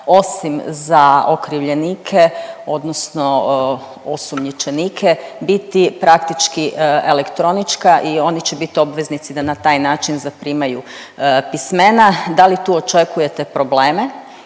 osim za okrivljenike odnosno osumnjičenike biti praktički elektronička i oni će bit obveznici da na taj način zaprimaju pismena. Da li tu očekujete probleme